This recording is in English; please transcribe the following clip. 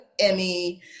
Emmy